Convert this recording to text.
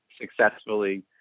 successfully